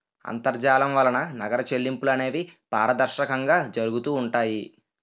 అంతర్జాలం వలన నగర చెల్లింపులు అనేవి పారదర్శకంగా జరుగుతూ ఉంటాయి